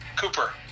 Cooper